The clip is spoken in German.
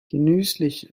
genüsslich